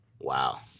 Wow